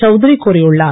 சவுதிரி கூறியுள்ளார்